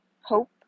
Hope